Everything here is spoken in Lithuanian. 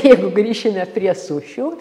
jeigu grįšime prie sušių